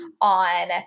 on